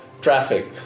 traffic